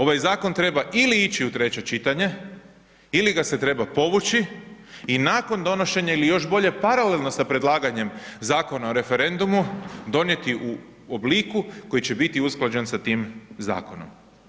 Ovaj zakon treba ili ići u treće čitanje ili ga se treba povući i nakon donošenja ili još bolje paralelno sa predlaganjem Zakona o referendumu, donijeti u obliku koji će biti usklađen sa tim zakonom.